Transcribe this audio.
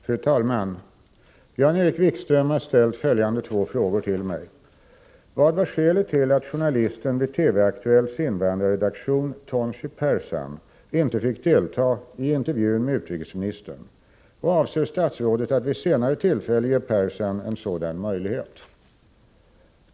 Fru talman! Jan-Erik Wikström har ställt följande två frågor till mig: Vad var skälet till att journalisten vid TV-Aktuellts invandrarredaktion Tonchi Percan inte fick deltaga i intervjun med utrikesministern och avser statsrådet att vid senare tillfälle ge Percan en sådan möjlighet?